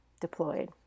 deployed